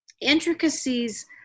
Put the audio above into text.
intricacies